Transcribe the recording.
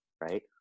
right